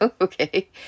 okay